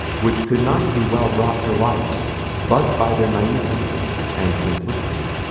which could not be well brought to light but by their naivete and simplicity.